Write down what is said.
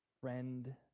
Friend